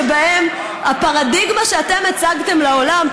שבהם הפרדיגמה שאתם הצגתם לעולם,